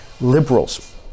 liberals